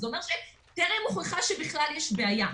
אומר שטרם הוכח שבכלל יש בעיה.